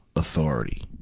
authority,